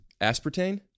aspartame